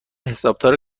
حسابدار